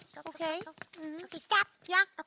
okay stop. yeah.